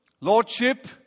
Lordship